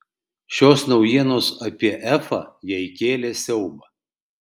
šios naujienos apie efą jai kėlė siaubą